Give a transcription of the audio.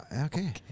Okay